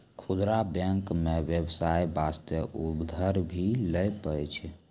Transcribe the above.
खुदरा बैंक मे बेबसाय बास्ते उधर भी लै पारै छै